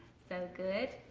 so good!